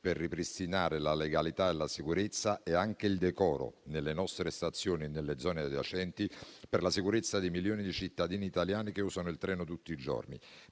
per ripristinare la legalità, la sicurezza e anche il decoro nelle nostre stazioni e nelle zone adiacenti, per la sicurezza dei milioni di cittadini italiani che usano il treno tutti i giorni,